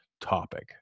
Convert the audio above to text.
topic